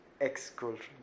Ex-girlfriend